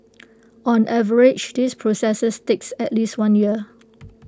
on average this processes takes at least one year